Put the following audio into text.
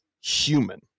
human